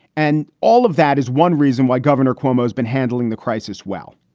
and all of that is one reason why governor cuomo has been handling the crisis well.